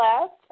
left